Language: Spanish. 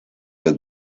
los